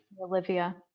Olivia